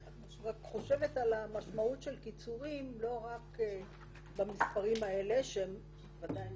אני רק חושבת על המשמעות של קיצורים לא רק במספרים האלה שזה ודאי נכון,